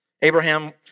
Abraham